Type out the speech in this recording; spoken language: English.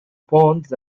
ponds